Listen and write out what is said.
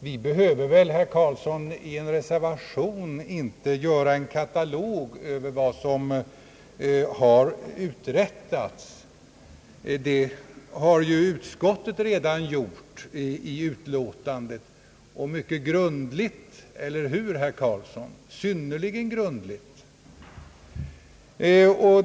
Vi behöver väl, herr Karlsson, i en reservation inte göra en katalog över vad som har uträttats? Det har utskottet redan gjort i utlåtandet, och det mycket grundligt, eller hur, herr Karlsson? Synnerligen grundligt!